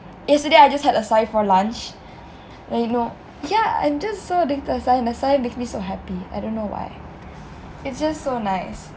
yesterday I just had acai for lunch then you know yah I'm just so addicted to acai acai makes me so happy I don't know why it's just so nice